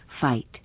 fight